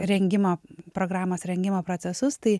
rengimo programos rengimo procesus tai